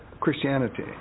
Christianity